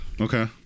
Okay